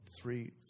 three